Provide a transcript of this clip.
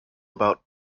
about